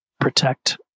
protect